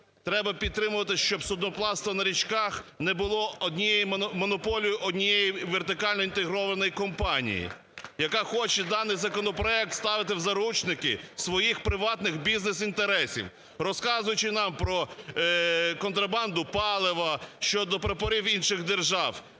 треба підтримувати, щоб судноплавство на річках не було однією монополією однієї вертикально інтегрованої компанії, яка хоче даний законопроект ставити в заручники своїх приватних бізнес-інтересів, розказуючи нам про контрабанду палива, щодо інших держав.